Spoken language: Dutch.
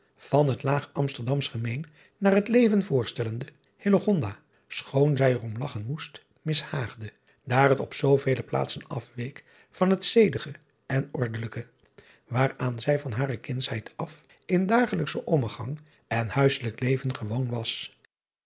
van het laag msterdamsch gemeen naar het leven voorstellende schoon zij er om lagchen moest mishaagde daar het op zoovele plaatsen afweek van het zedige en ordenlijke waaraan zij van hare kindschheid af in dagelijkschen ommegang en huisselijk leven gewoon was